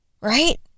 Right